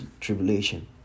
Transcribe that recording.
tribulation